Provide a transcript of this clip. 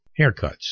Haircuts